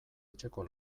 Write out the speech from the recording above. etxeko